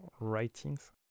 writings